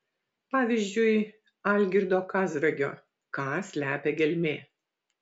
pavyzdžiui algirdo kazragio ką slepia gelmė